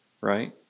right